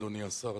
אדוני השר,